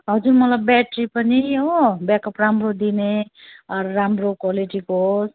हजुर मलाई ब्याट्री पनि हो ब्याकअप राम्रो दिने अरू राम्रो क्वालिटीको होस्